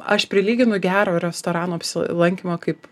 aš prilyginu gero restorano apsilankymą kaip